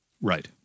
Right